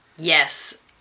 Yes